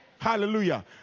Hallelujah